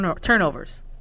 turnovers